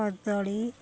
କଦଳୀ